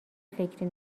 فکری